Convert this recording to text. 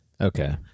Okay